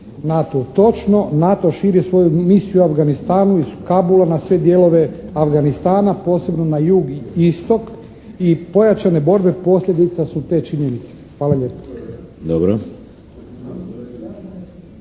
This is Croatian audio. NATO-u. Točno, NATO širi svoju misiju u Afganistanu iz Kabula na sve dijelove Afganistana posebno na jug i istok i pojačane borbe posljedica su te činjenice. Hvala lijepa.